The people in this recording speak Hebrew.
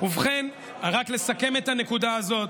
אני חותמת על שירות לאומי.